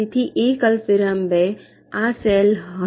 તેથી 1 અલ્પવિરામ 2 આ સેલ હશે